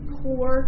poor